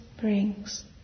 brings